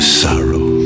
sorrow